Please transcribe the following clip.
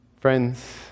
Friends